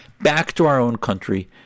back-to-our-own-country